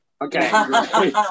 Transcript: Okay